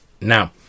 Now